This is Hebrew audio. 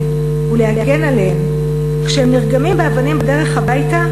ולהגן עליהם כשהם נרגמים באבנים בדרך הביתה,